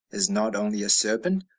is not only a serpent,